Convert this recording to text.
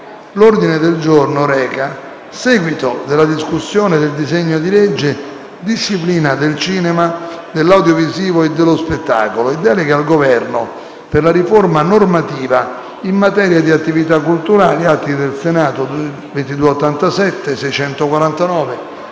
ordine del giorno: alle ore 9,30 Seguito della discussione dei disegni di legge: Disciplina del cinema, dell’audiovisivo e dello spettacolo e deleghe al Governo per la riforma normativa in materia di attività culturali (Collegato alla